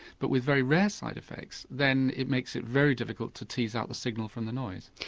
but with very rare side effects then it makes it very difficult to tease out the signal from the noise.